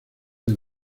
del